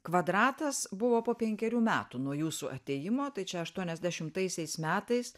kvadratas buvo po penkerių metų nuo jūsų atėjimo tai čia aštuoniasdešimtaisiais metais